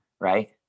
right